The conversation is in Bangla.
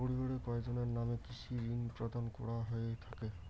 পরিবারের কয়জনের নামে কৃষি ঋণ প্রদান করা হয়ে থাকে?